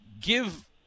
Give